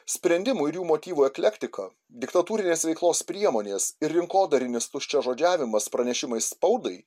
sprendimų ir jų motyvų eklektika diktatūrinės veiklos priemonės ir rinkodarinis tuščiažodžiavimas pranešimais spaudai